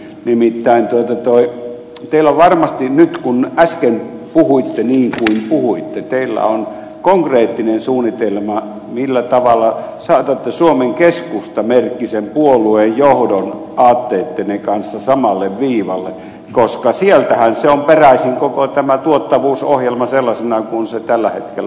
nimittäin teillä on varmasti nyt kun äsken puhuitte niin kuin puhuitte konkreettinen suunnitelma millä tavalla saatatte suomen keskusta merkkisen puolueen johdon aatteittenne kanssa samalle viivalle koska sieltähän on peräisin koko tämä tuottavuusohjelma sellaisena kuin se tällä hetkellä on